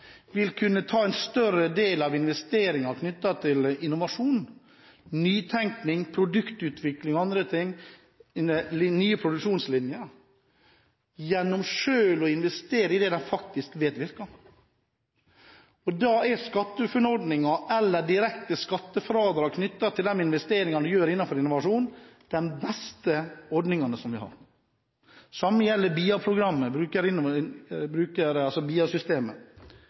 vil denne næringen kunne bruke en større del av investeringene knyttet til innovasjon, nytenkning, produktutvikling og andre ting i nye produksjonslinjer, ved selv å investere i det de faktisk medvirker til. Da er SkatteFUNN-ordningen eller direkte skattefradrag knyttet til de investeringene man gjør innenfor innovasjon, den beste ordningen vi har. Det samme gjelder